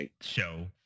show